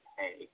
pay